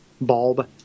bulb